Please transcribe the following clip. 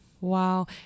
Wow